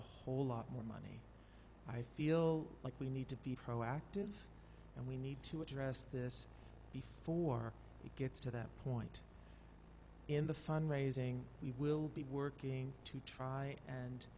a whole lot more money i feel like we need to be proactive and we need to address this before it gets to that point in the fund raising we will be working to try and